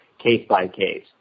case-by-case